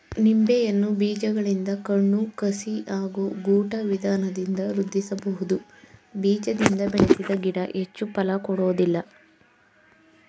ನಿಂಬೆಯನ್ನು ಬೀಜಗಳಿಂದ ಕಣ್ಣು ಕಸಿ ಹಾಗೂ ಗೂಟ ವಿಧಾನದಿಂದ ವೃದ್ಧಿಸಬಹುದು ಬೀಜದಿಂದ ಬೆಳೆಸಿದ ಗಿಡ ಹೆಚ್ಚು ಫಲ ಕೊಡೋದಿಲ್ಲ